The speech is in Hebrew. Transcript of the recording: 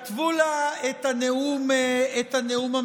כתבו לה את הנאום המלומד.